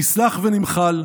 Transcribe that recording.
נסלח ונמחל,